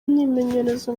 imyimenyerezo